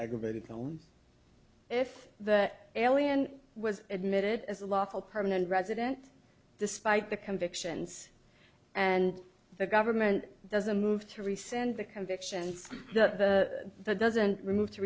aggravated tones if the alien was admitted as a lawful permanent resident despite the convictions and the government does a move to rescind the convictions that doesn't remove to